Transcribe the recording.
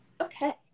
Okay